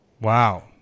Wow